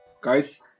Guys